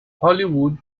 hollywood